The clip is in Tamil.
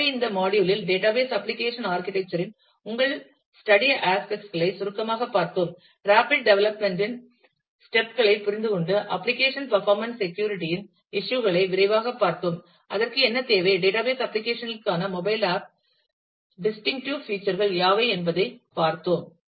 எனவே இந்த மாடியுல் இல் டேட்டாபேஸ் அப்ளிகேஷன் ஆர்க்கிடெக்சர் இன் உங்கள் ஸ்றடி ஆஸ்பெட் களை சுருக்கமாகக் பார்த்தோம் ரேப்பிட் டெவலப்மெண்ட் இன் ஸ்டெப் களைப் புரிந்துகொண்டு அப்ளிகேஷன் பேர்பார்மன்ஸ் செக்யூரிட்டி இன் இஷ்யூ களை விரைவாகப் பார்த்தோம் அதற்கு என்ன தேவை டேட்டாபேஸ் அப்ளிகேஷன் களுக்கான மொபைல் ஆப் டிஸ்டிங்டிவ் பியட்சர் கள் யாவை என பார்த்தோம்